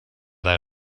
der